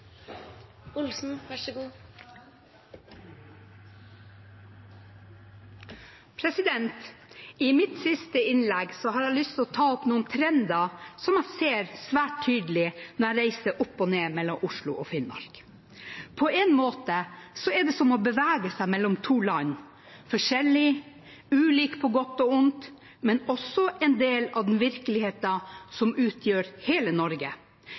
I mitt siste innlegg har jeg lyst til å ta opp noen trender som jeg ser svært tydelig når jeg reiser opp og ned mellom Oslo og Finnmark. På en måte er det som å bevege seg mellom to land – forskjellige, ulike på godt og vondt, men også en del av den virkeligheten som utgjør hele Norge.